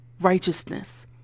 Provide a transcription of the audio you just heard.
righteousness